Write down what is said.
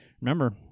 Remember